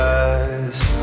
eyes